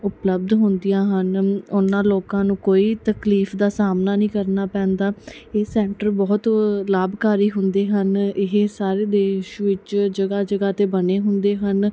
ਉਪਲੱਬਧ ਹੁੰਦੀਆਂ ਹਨ ਉਹਨਾਂ ਲੋਕਾਂ ਨੂੰ ਕੋਈ ਤਕਲੀਫ ਦਾ ਸਾਹਮਣਾ ਨਹੀਂ ਕਰਨਾ ਪੈਂਦਾ ਇਹ ਸੈਂਟਰ ਬਹੁਤ ਲਾਭਕਾਰੀ ਹੁੰਦੇ ਹਨ ਇਹ ਸਾਰੇ ਦੇਸ਼ ਵਿੱਚ ਜਗ੍ਹਾ ਜਗ੍ਹਾ 'ਤੇ ਬਣੇ ਹੁੰਦੇ ਹਨ